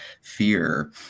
fear